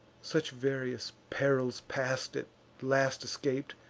such various perils past, at last escap'd,